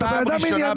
אתה בן אדם ענייני,